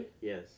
Yes